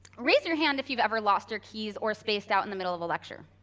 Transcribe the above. raise your hand if you've ever lost your keys, or spaced out in the middle of a lecture.